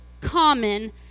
common